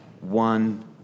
one